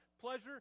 pleasure